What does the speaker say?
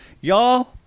y'all